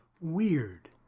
weird